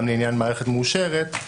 גם לעניין מערכת מאושרת,